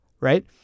right